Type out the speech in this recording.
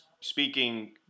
speaking